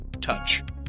touch